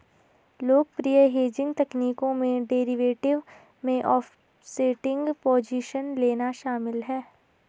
लोकप्रिय हेजिंग तकनीकों में डेरिवेटिव में ऑफसेटिंग पोजीशन लेना शामिल है